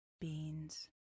Beans